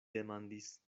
demandis